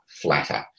Flatter